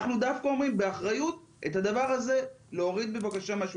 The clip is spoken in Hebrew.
אנחנו אומרים באחריות שדווקא את הדבר הזה צריך להוריד מהשולחן,